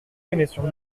connaissions